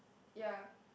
ya